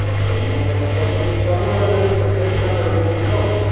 ହଁ ସାର୍ ମୁଁ ସବୁ ସବୁବେଳେ ନେବି ଛୋଟିଆ ଦୋକାନ ଗୋଟେ ଦେଇଛି ତ